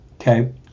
okay